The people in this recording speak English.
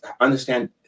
understand